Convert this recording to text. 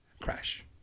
crash